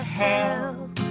help